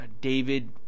David